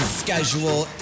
schedule